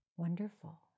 Wonderful